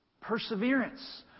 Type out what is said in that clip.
Perseverance